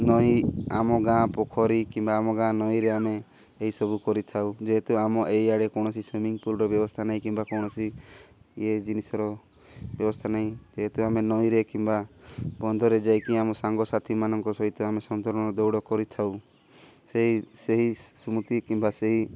ନଈ ଆମ ଗାଁ ପୋଖରୀ କିମ୍ବା ଆମ ଗାଁ ନଈରେ ଆମେ ଏହିସବୁ କରିଥାଉ ଯେହେତୁ ଆମ ଏଇଆଡ଼େ କୌଣସି ସୁଇମିଂ ପୁଲର ବ୍ୟବସ୍ଥା ନାହିଁ କିମ୍ବା କୌଣସି ଇଏ ଜିନିଷର ବ୍ୟବସ୍ଥା ନାହିଁ ଯେହେତୁ ଆମେ ନଈରେ କିମ୍ବା ବନ୍ଧରେ ଯାଇକି ଆମ ସାଙ୍ଗସାଥିମାନଙ୍କ ସହିତ ଆମେ ସନ୍ତରଣ ଦୌଡ଼ କରିଥାଉ ସେଇ ସେହି ସ୍ମୃତି କିମ୍ବା ସେହି